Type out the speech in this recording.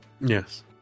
Yes